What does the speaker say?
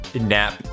nap